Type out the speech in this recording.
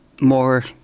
more